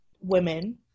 women